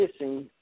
missing